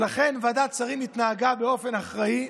ולכן ועדת השרים התנהגה באופן אחראי,